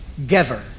Gever